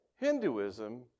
Hinduism